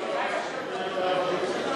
לי יש רעיון יותר טוב: